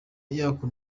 yakura